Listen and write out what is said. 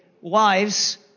wives